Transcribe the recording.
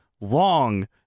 long